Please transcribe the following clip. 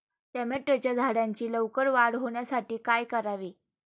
टोमॅटोच्या झाडांची लवकर वाढ होण्यासाठी काय करावे?